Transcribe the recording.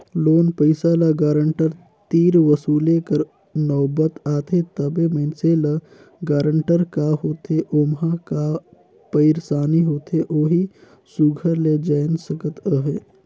loan पइसा ल guarantor तीर वसूले कर नउबत आथे तबे मइनसे ल गारंटर का होथे ओम्हां का पइरसानी होथे ओही सुग्घर ले जाएन सकत अहे